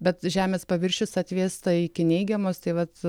bet žemės paviršius atvėsta iki neigiamos tai vat